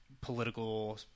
political